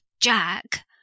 Jack